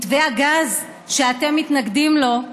מתווה הגז, שאתם מתנגדים לו,